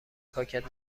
پاکت